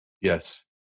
Yes